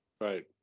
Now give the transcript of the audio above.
right